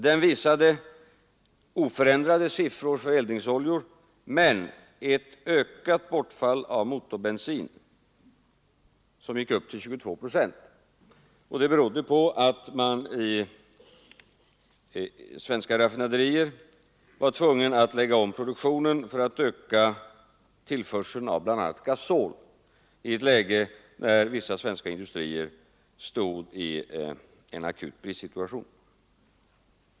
Den visade oförändrade siffror för eldningsoljor men ett ökat bortfall av motorbensin, som uppgick till 22 procent. Det berodde på att man i svenska raffinaderier var tvungen att lägga om produktionen för att öka Nr 16 tillförseln av bl.a. gasol i ett läge där vissa svenska industrier stod i en Torsdagen den akut bristsituation.